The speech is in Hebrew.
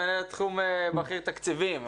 מנהלת תחום בכיר תקציבים,